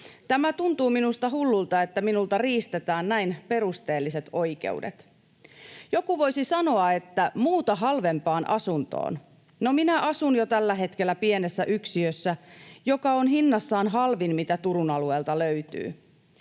Tämä tuntuu minusta hullulta, että minulta riistetään näin perusteelliset oikeudet. Joku voisi sanoa, että muuta halvempaan asuntoon. No, minä asun jo tällä hetkellä pienessä yksiössä, joka on hinnassaan halvin, mitä Turun alueelta löytyy.